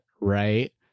right